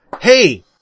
Hey